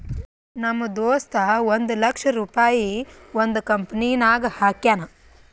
ನಮ್ ದೋಸ್ತ ಒಂದ್ ಲಕ್ಷ ರುಪಾಯಿ ಒಂದ್ ಕಂಪನಿನಾಗ್ ಹಾಕ್ಯಾನ್